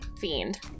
fiend